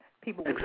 People